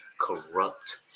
corrupt